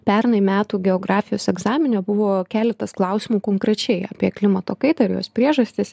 pernai metų geografijos egzamine buvo keletas klausimų konkrečiai apie klimato kaitą ir jos priežastis